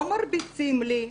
לא מרביצים לי -- נכים,